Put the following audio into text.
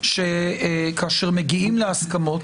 כאשר מגיעים להסכמות,